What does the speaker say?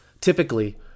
Typically